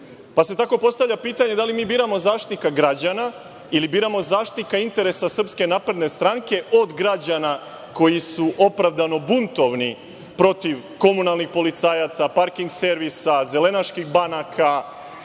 Tako se postavlja pitanje da li mi biramo Zaštitnika građana ili biram zaštitnika interesa SNS od građana koji su opravdano buntovni protiv komunalnih policajaca, parking servisa, zelenaških banaka